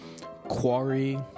quarry